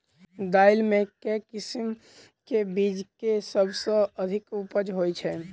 दालि मे केँ किसिम केँ बीज केँ सबसँ अधिक उपज होए छै?